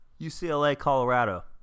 UCLA-Colorado